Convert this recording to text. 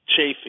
Chafee